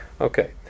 Okay